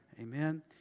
Amen